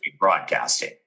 broadcasting